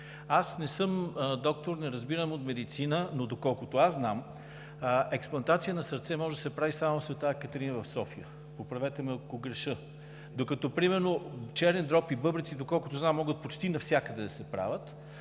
Аз не съм доктор и не разбирам от медицина, но доколкото знам, експлантация на сърце може да се прави само в „Света Екатерина“ в София – поправете ме, ако греша, докато примерно черен дроб и бъбреци, доколкото знам, могат да се правят